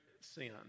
sin